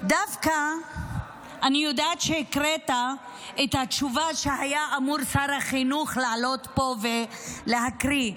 אני יודעת שהקראת את התשובה ששר החינוך היה אמור לעלות לפה ולקרוא.